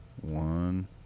One